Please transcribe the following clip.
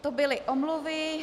To byly omluvy.